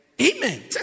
Amen